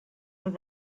with